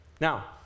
Now